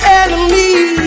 enemy